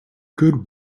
good